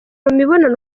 mibonano